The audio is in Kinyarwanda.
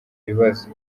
ibibazo